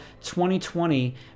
2020